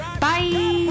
bye